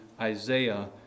Isaiah